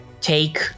take